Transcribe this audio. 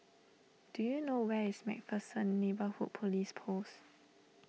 do you know where is MacPherson Neighbourhood Police Post